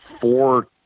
four